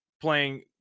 playing